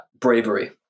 bravery